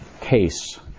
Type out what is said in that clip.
case